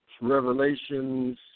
Revelations